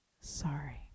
sorry